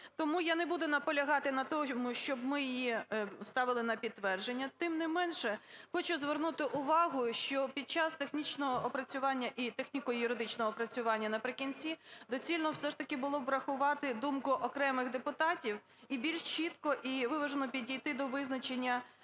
тому я не буду наполягати на тому, щоби ми її ставили на підтвердження. Тим не менше, хочу звернути увагу, що під час технічного опрацювання і техніко-юридичного опрацювання наприкінці доцільно все ж таки було б врахувати думку окремих депутатів і більш чітко і виважено підійти до визначення